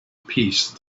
peace